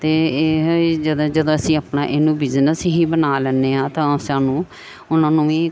ਅਤੇ ਇਹ ਜਦਾਂ ਜਦੋਂ ਅਸੀਂ ਆਪਣਾ ਇਹਨੂੰ ਬਿਜ਼ਨਸ ਹੀ ਬਣਾ ਲੈਂਦੇ ਹਾਂ ਤਾਂ ਸਾਨੂੰ ਉਹਨਾਂ ਨੂੰ ਵੀ